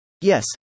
Yes